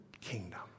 kingdom